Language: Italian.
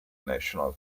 national